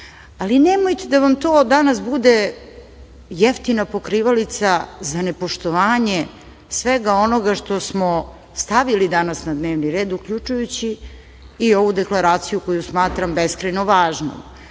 ali nemojte da vam to danas bude jeftina pokrivalica za nepoštovanje svega onoga što smo stavili danas na dnevni red, uključujući i ovu deklaraciju koju smatram beskrajno važnom,